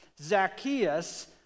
Zacchaeus